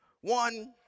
One